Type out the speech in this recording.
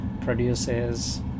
produces